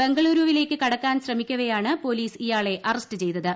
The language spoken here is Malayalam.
ബംഗളൂരുവിലേക്ക് കടക്കാൻ ശ്രമിക്കവേയാണ് പോലീസ് ഇയാളെ അറസ്റ്റ് ചെയ്തത്